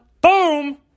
boom